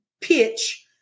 pitch